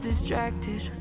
distracted